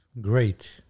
great